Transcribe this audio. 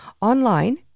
online